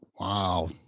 Wow